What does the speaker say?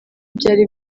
byari